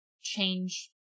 change